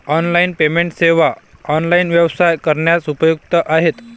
online payment सेवा online व्यवसाय करण्यास उपयुक्त आहेत